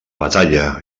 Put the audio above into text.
batalla